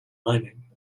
lining